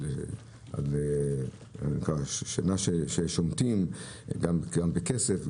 על שנה ששומטים גם בכסף,